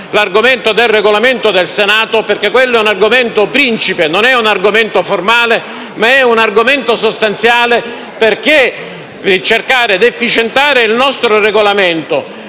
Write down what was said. l'argomento del Regolamento del Senato, perché è un argomento principe. Non è un argomento formale, ma sostanziale, perché cercare di efficientare il nostro Regolamento